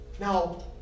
Now